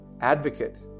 advocate